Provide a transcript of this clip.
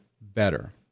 better